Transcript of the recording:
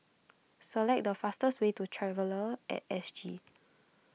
select the fastest way to Traveller at S G